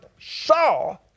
saw